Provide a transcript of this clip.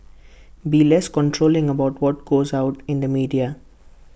be less controlling about what goes out in the media